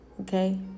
okay